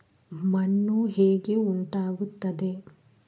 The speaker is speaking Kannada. ಮಣ್ಣು ಹೇಗೆ ಉಂಟಾಗುತ್ತದೆ?